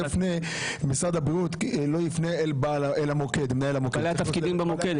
שמשרד הבריאות לא יפנה אל מנהל המוקד --- לבעלי התפקידים במוקד,